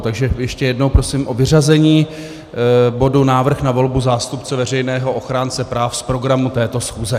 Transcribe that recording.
Takže ještě jednou, prosím o vyřazení bodu návrh na volbu zástupce veřejného ochránce práv z programu této schůze.